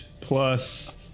plus